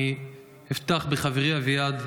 אני אפתח בחברי אביעד,